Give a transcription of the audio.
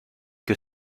que